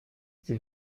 sie